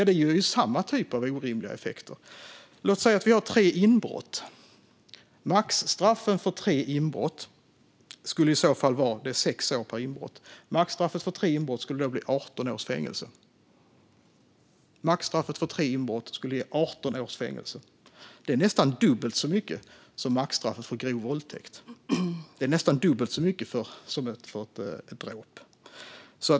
Det ger dock samma typ av orimliga effekter. Låt oss säga att vi har tre inbrott. Maxstraffet för inbrott är sex års fängelse, så tre inbrott skulle då ge 18 års fängelse. Det är nästan dubbelt så mycket som maxstraffen för grov våldtäkt och dråp.